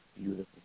beautiful